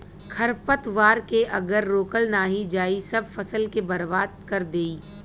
खरपतवार के अगर रोकल नाही जाई सब फसल के बर्बाद कर देई